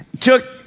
took